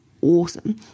awesome